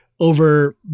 over